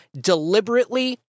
deliberately